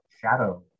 shadow